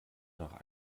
nach